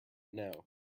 know